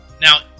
Now